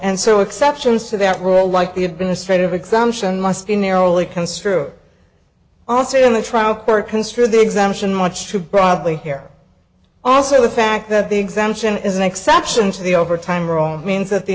and so exceptions to that rule like the administrative exemption must be narrowly construed also in the trial court construed the exemption much too broadly here also the fact that the exemption is an exception to the overtime or all means that the